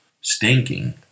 stinking